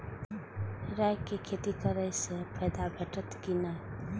राय के खेती करे स फायदा भेटत की नै?